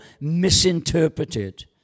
misinterpreted